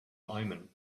omen